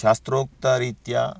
शास्त्रोक्तरीत्या